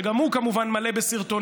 שגם הוא כמובן מלא בסרטונים,